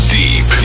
deep